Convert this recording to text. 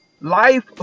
Life